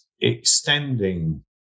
extending